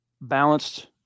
balanced